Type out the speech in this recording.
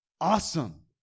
Awesome